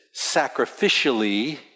sacrificially